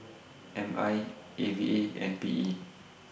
M I A V A and P E